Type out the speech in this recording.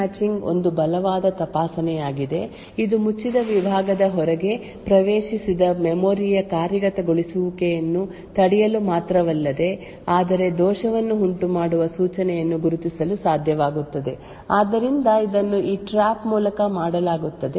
ಬೇರೆ ರೀತಿಯಲ್ಲಿ ಹೇಳುವುದಾದರೆ ಸೆಗ್ಮೆಂಟ್ ಮ್ಯಾಚಿಂಗ್ ಒಂದು ಬಲವಾದ ತಪಾಸಣೆಯಾಗಿದೆ ಇದು ಮುಚ್ಚಿದ ವಿಭಾಗದ ಹೊರಗೆ ಪ್ರವೇಶಿಸಿದ ಮೆಮೊರಿ ಯ ಕಾರ್ಯಗತಗೊಳಿಸುವಿಕೆಯನ್ನು ತಡೆಯಲು ಮಾತ್ರವಲ್ಲದೆ ಆದರೆ ದೋಷವನ್ನು ಉಂಟುಮಾಡುವ ಸೂಚನೆಯನ್ನು ಗುರುತಿಸಲು ಸಾಧ್ಯವಾಗುತ್ತದೆ ಆದ್ದರಿಂದ ಇದನ್ನು ಈ ಟ್ರ್ಯಾಪ್ ಮೂಲಕ ಮಾಡಲಾಗುತ್ತದೆ